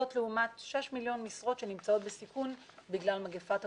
זאת לעומת שש מיליון משרות שנמצאות בסיכון בגלל מגפת הקורונה.